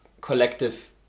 collective